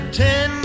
ten